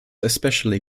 especially